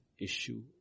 issue